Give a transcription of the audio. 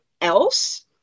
else